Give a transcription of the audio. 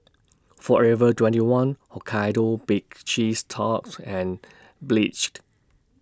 Forever twenty one Hokkaido Baked Cheese Tart and Pledge